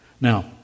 Now